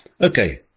Okay